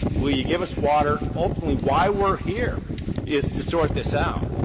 will you give us water? ultimately why we're here is to sort this out.